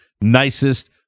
nicest